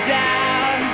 down